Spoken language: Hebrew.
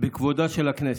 בכבודה של הכנסת,